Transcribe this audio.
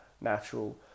natural